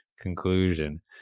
conclusion